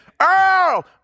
Earl